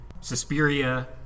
Suspiria